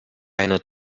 eine